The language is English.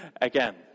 again